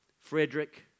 Frederick